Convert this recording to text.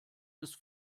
des